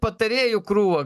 patarėjų krūvą